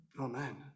Amen